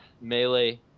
melee